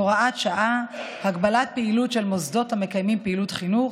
(הוראת שעה) (הגבלת פעילות של מוסדות המקיימים פעילות חינוך)